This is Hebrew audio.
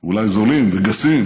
ואולי זולים וגסים,